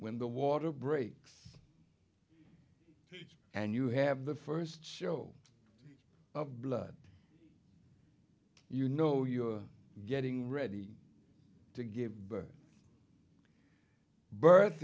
when the water breaks and you have the first show of blood you know you are getting ready to give birth birth